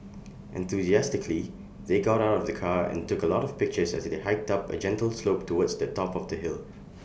enthusiastically they got out of the car and took A lot of pictures as they hiked up A gentle slope towards the top of the hill